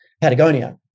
Patagonia